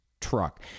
truck